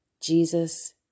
Jesus